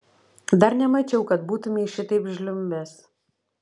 dar nemačiau kad būtumei šitaip žliumbęs